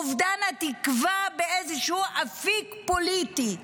אובדן התקווה לאיזשהו אפיק פוליטי.